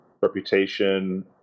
reputation